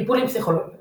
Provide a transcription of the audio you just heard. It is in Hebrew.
טיפולים פסיכולוגיים